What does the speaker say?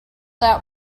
that